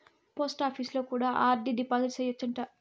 పోస్టాపీసులో కూడా RD deposit సేయచ్చు అంట